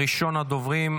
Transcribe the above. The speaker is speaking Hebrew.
ראשון הדוברים,